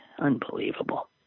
unbelievable